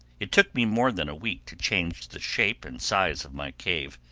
it took me more than a week to change the shape and size of my cave,